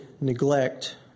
neglect